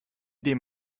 dem